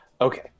okay